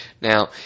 Now